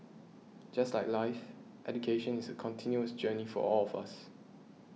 just like life education is a continuous journey for all of us